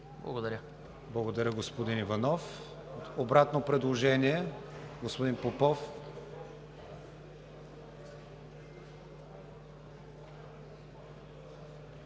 ВИГЕНИН: Благодаря, господин Иванов. Обратно предложение – господин Попов.